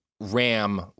ram